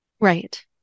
Right